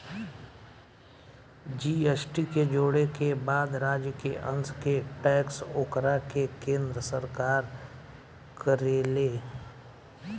GST के जोड़े के बाद राज्य के अंस के टैक्स ओकरा के केन्द्र सरकार करेले